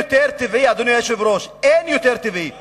אדוני היושב-ראש, אין יותר טבעי מאשר,